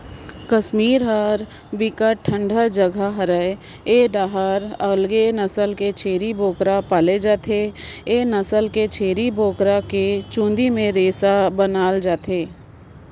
कस्मीर ह बिकट ठंडा जघा हरय ए डाहर अलगे नसल के छेरी बोकरा पाले जाथे, ए नसल के छेरी बोकरा के चूंदी के रेसा बनाल जाथे